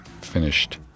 finished